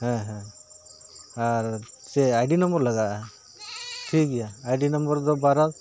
ᱦᱮᱸ ᱦᱮᱸ ᱟᱨ ᱪᱮᱫ ᱟᱭ ᱰᱤ ᱱᱚᱢᱵᱚᱨ ᱞᱟᱜᱟᱜᱼᱟ ᱴᱷᱤᱠ ᱜᱮᱭᱟ ᱟᱭ ᱰᱤ ᱱᱚᱢᱵᱚᱨ ᱫᱚ ᱵᱟᱨᱚ